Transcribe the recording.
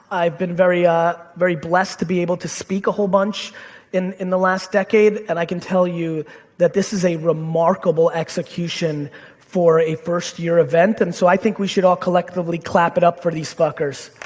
i've been very ah very blessed to be able to speak a whole bunch in in the last decade and i can tell you that this is a remarkable execution for a first year event, and so i think we should all collectively clap it up for these fuckers.